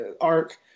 arc